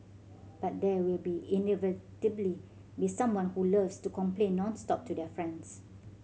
but there will be inevitably be someone who loves to complain nonstop to their friends